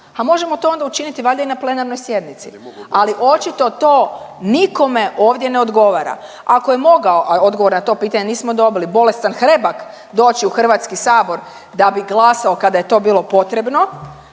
Ha možemo to onda učiniti valjda i na plenarnoj sjednici. Ali očito to nikome ovdje ne odgovara. Ako je mogao, a odgovor na to pitanje nismo dobili, bolestan Hrebak doći u HS da bi glasao da je to bilo potrebno